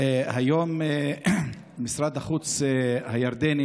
היום משרד החוץ הירדני